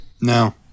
No